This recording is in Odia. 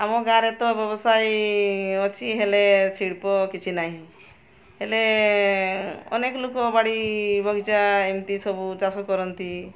ଆମ ଗାଁରେ ତ ବ୍ୟବସାୟୀ ଅଛି ହେଲେ ଶିଳ୍ପ କିଛି ନାହିଁ ହେଲେ ଅନେକ ଲୋକ ବାଡ଼ି ବଗିଚା ଏମିତି ସବୁ ଚାଷ କରନ୍ତି